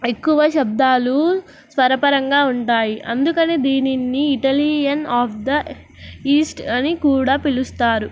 ఎక్కువ శబ్దాలు స్వరపరంగా ఉంటాయి అందుకని దీనిని ఇటాలియన్ ఆఫ్ ద ఈస్ట్ అని కూడా పిలుస్తారు